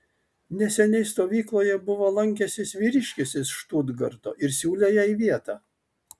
neseniai stovykloje buvo lankęsis vyriškis iš štutgarto ir siūlė jai vietą